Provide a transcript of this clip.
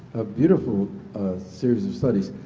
ah beautiful series of studies.